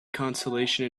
consolation